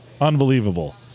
Unbelievable